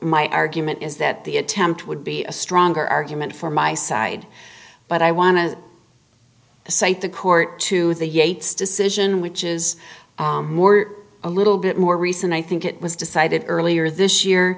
my argument is that the attempt would be a stronger argument for my side but i want to cite the court to the yates decision which is a little bit more recent i think it was decided earlier this year